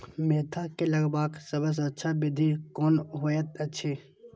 Mentha के लगवाक सबसँ अच्छा विधि कोन होयत अछि?